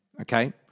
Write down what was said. okay